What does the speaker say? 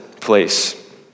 place